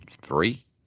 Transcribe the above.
three